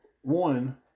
One